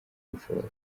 ubushobozi